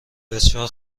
بسیار